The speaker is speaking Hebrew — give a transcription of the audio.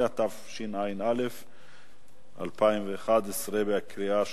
18), התשע"א 2011. סעיפים 1 2 נתקבלו.